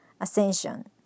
ascension